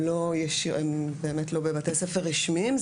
שלא נמצאים בבתי ספר רשמיים,